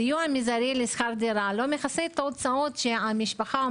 הסיוע המזערי בשכר הדירה לא מכסה את הוצאות המשפחות.